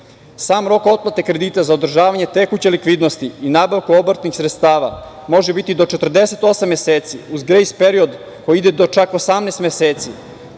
Sam rok otplate kredita za održavanje tekuće likvidnosti i nabavku obrtnih sredstava može biti do 48 meseci uz grejs period koji ide do čak 18 meseci